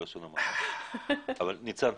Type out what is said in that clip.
ניצן,